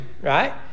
right